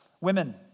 Women